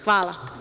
Hvala.